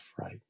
right